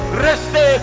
reste